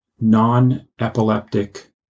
non-epileptic